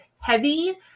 heavy